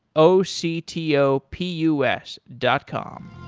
o c t o p u s dot com